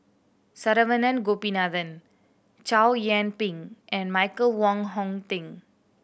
Saravanan Gopinathan Chow Yian Ping and Michael Wong Hong Teng